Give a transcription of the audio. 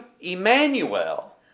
Emmanuel